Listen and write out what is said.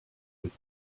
his